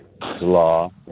law